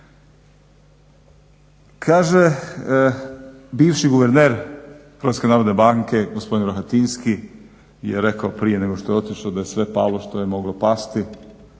Kaže, bivši guverner Hrvatske narodne banke gospodin Rohatinski je rekao prije nego što je rekao prije nego što je otišao